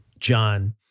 John